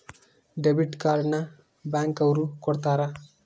debit card ನ bank ಅವ್ರು ಕೊಡ್ತಾರ